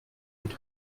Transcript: mut